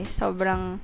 sobrang